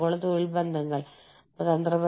സംഘടനയുടെ ലക്ഷ്യങ്ങൾ ആണ് മറ്റൊന്ന്